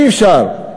אי-אפשר.